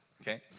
okay